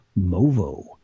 Movo